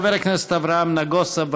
חבר הכנסת אברהם נגוסה,